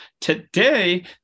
today